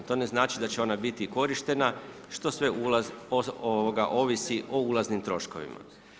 To ne znači da će ona biti i korištena što sve ovisi o ulaznim troškovima.